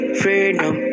freedom